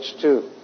two